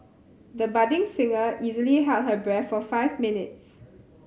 the budding singer easily held her breath for five minutes